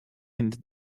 into